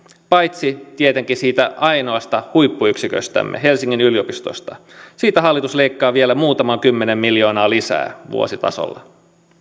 paitsi tietenkin siitä ainoasta huippuyksiköstämme helsingin yliopistosta siitä hallitus leikkaa vielä muutaman kymmenen miljoonaa lisää vuositasolla